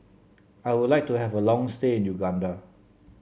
I would like to have a long stay in Uganda